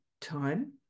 time